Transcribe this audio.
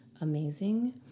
amazing